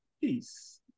Peace